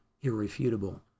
Irrefutable